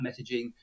messaging